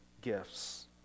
gifts